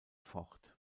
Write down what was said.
fort